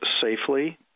safely